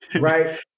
right